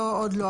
'עוד לא',